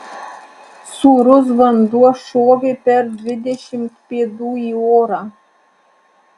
sūrus vanduo šovė per dvidešimt pėdų į orą